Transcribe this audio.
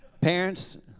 Parents